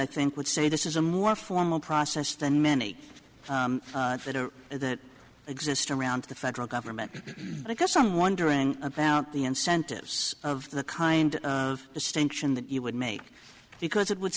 i think would say this is a more formal process than many that are that exist around the federal government but i guess i'm wondering about the incentives of the kind of distinction that you would make because it would